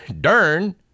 dern